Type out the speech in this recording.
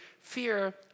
fear